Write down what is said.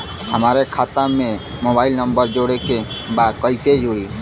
हमारे खाता मे मोबाइल नम्बर जोड़े के बा कैसे जुड़ी?